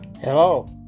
Hello